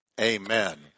Amen